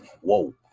whoa